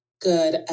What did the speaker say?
good